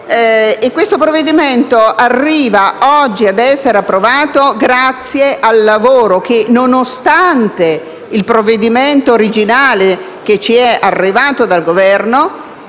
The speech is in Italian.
Questo provvedimento arriva oggi ad essere approvato, nonostante il provvedimento originale che ci è arrivato dal Governo,